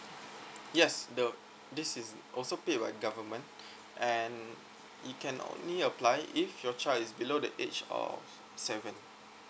yes the this is also paid by government and you can only apply if your child is below the age of seven